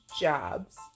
jobs